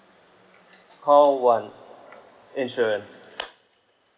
call one insurance